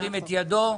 ירים את ידו.